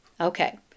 Okay